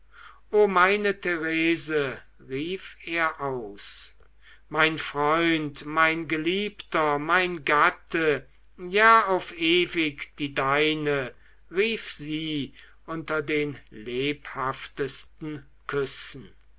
meine therese rief er aus mein freund mein geliebter mein gatte ja auf ewig die deine rief sie unter den lebhaftesten küssen